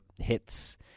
hits